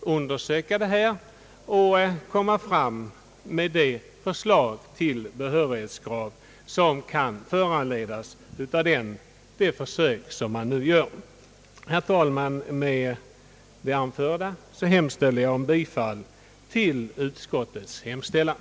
undersökan denna sak och komma fram med det förslag till behörighetskrav som kan föranledas av de försök man nu gör. Herr talman! Med det anförda ber jag att få yrka bifall till utskottets hemställan.